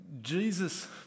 Jesus